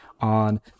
on